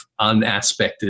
unaspected